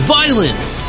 violence